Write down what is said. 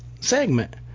segment